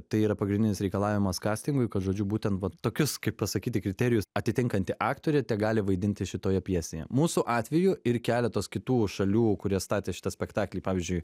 tai yra pagrindinis reikalavimas kastingui kad žodžiu būtent va tokius kaip pasakyti kriterijus atitinkanti aktorė tegali vaidinti šitoje pjesėje mūsų atveju ir keletos kitų šalių kurie statė šitą spektaklį pavyzdžiui